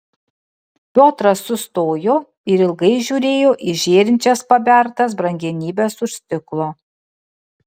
piotras sustojo ir ilgai žiūrėjo į žėrinčias pabertas brangenybes už stiklo